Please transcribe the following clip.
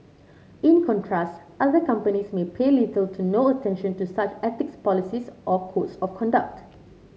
in contrast other companies may pay little to no attention to such ethics policies or codes of conduct